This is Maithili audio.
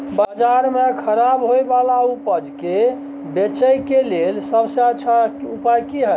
बाजार में खराब होय वाला उपज के बेचय के लेल सबसे अच्छा उपाय की हय?